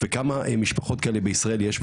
וכמה משפחות כאלה בישראל יש,